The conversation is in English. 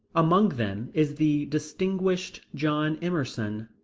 among them is the distinguished john emerson.